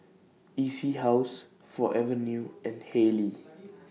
E C House Forever New and Haylee